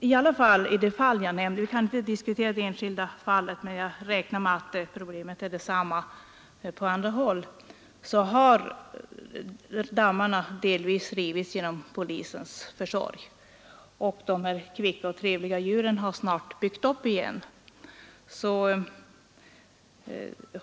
I de fall jag nämnde — jag skall här inte diskutera de enskilda fallen, men jag räknar med att det är samma problem på andra håll — har dammarna delvis rivits genom polisens försorg, men de kvicka och trevliga djuren har snart byggt upp dem igen.